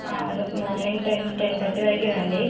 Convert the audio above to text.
రేపు morning ten ten thirty వరకి రండి